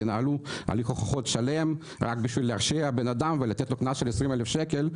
ינהלו הליך הוכחות שלם רק כדי להרשיע בן אדם ולתת לו קנס של 20,000 שקל.